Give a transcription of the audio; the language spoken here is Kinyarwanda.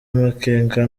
amakenga